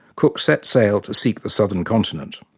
cook set sail to seek the southern continent.